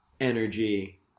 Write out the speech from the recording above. energy